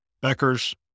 Becker's